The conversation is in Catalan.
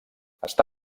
està